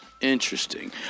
Interesting